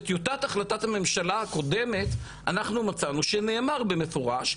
בטיוטת החלטת הממשלה הקודמת אנחנו מצאנו שנאמר במפורש,